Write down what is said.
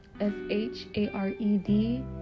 S-H-A-R-E-D